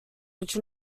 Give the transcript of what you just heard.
which